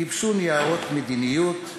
גיבשו ניירות מדיניות,